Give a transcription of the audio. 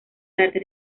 tarde